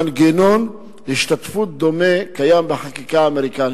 מנגנון השתתפות דומה קיים בחקיקה האמריקנית.